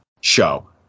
show